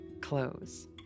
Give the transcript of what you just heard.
close